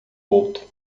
outro